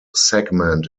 segment